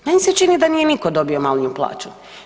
Meni se čini da nije niko dobio manju plaću.